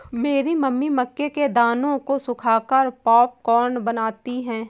मेरी मम्मी मक्के के दानों को सुखाकर पॉपकॉर्न बनाती हैं